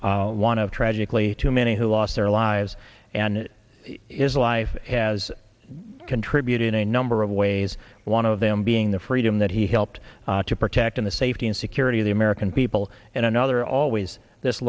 one of tragically too many who lost their lives and his life has contributed in a number of ways one of them being the freedom that he helped to protect in the safety and security of the american people and another always this